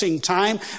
time